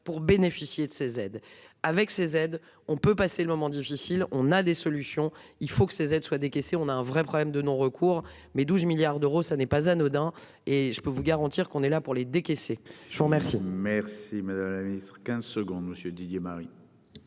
pour bénéficier de ces aides avec ces aides on peut passer le moment difficile. On a des solutions, il faut que ces aides soient décaissés, on a un vrai problème de non recours mais 12 milliards d'euros. Ça n'est pas anodin. Et je peux vous garantir qu'on est là pour les décaisser je vous remercie. Merci, madame la Ministre 15 secondes monsieur Didier Marie.